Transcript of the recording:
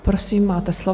Prosím, máte slovo.